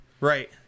Right